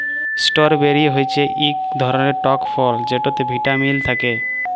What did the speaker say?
strawberry হচ্যে ইক ধরলের টক ফল যেটতে ভিটামিল থ্যাকে